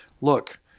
look